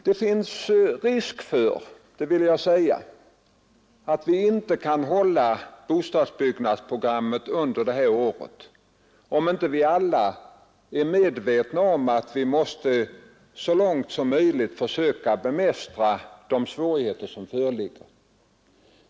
Det finns risk för att vi inte kan hålla bostadsbyggnadsprogrammet under detta år, om vi inte alla är medvetna om att vi så långt som möjligt måste försöka bemästra de svårigheter som föreligger.